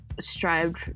strived